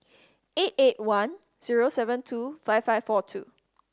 eight eight one zero seven two five five four two